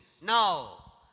Now